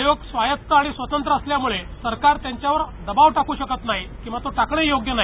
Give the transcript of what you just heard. आयोग स्वतंञ आणि स्वायत्त असल्यामुळे सरकार त्यांच्यावर दबाव टाकू शकत नाही किंवा तो टाकणही योग्य नाही